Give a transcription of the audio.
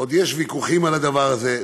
עוד יש ויכוחים על הדבר הזה?